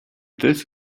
this